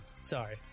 Sorry